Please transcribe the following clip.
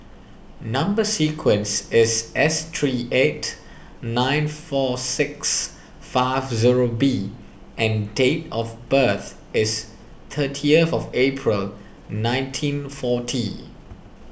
Number Sequence is S three eight nine four six five zero B and date of birth is thirtieth April nineteen forty